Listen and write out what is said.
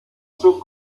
zur